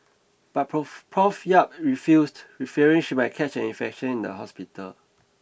but Prof Prof Yap refused fearing she might catch an infection in the hospital